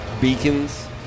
beacons